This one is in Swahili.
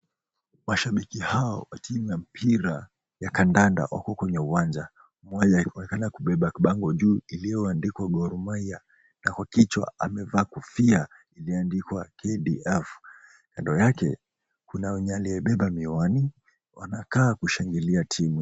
Washabiki hawa wa timu ya mpira wa kandanda wako kwenye uwanja. Mmoja yuonekana kubeba kibango juu ilioandikwa GOR MAHIA na kwa kichwa amevaa kofia ilioandikwa KDF. Kando yake kuna mwenye aliyebeba miwani. Wanakaa kushangilia timu.